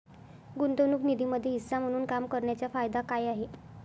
गुंतवणूक निधीमध्ये हिस्सा म्हणून काम करण्याच्या फायदा काय आहे?